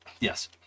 Yes